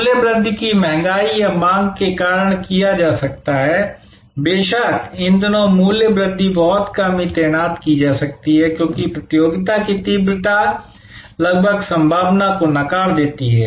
मूल्य वृद्धि को महंगाई या मांग के कारण किया जा सकता है बेशक इन दिनों मूल्य वृद्धि बहुत कम ही तैनात की जा सकती है क्योंकि प्रतियोगिता की तीव्रता लगभग संभावना को नकार देती है